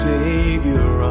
Savior